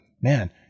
man